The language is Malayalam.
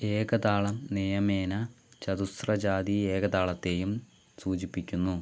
ഏകതാളം നിയമേന ചതുശ്രജാതി ഏകതാളത്തെയും സൂചിപ്പിക്കുന്നു